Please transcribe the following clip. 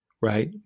right